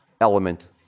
element